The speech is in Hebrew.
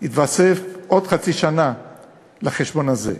תתווסף עוד חצי שנה לחשבון הזה,